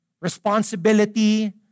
responsibility